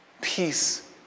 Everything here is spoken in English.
peace